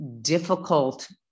difficult